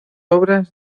obras